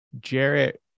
Jarrett